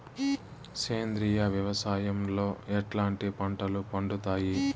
సేంద్రియ వ్యవసాయం లో ఎట్లాంటి పంటలు పండుతాయి